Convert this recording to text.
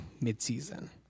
midseason